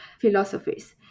philosophies